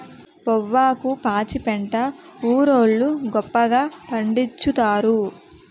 పొవ్వాకు పాచిపెంట ఊరోళ్లు గొప్పగా పండిచ్చుతారు